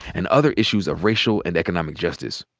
and other issues of racial and economic justice.